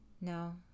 no